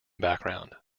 background